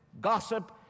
gossip